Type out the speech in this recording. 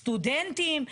סטודנטים,